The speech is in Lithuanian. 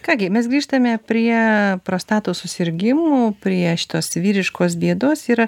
ką gi mes grįžtame prie prostatos susirgimų prie šitos vyriškos bėdos yra